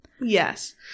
Yes